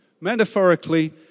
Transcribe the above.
Metaphorically